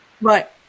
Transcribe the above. right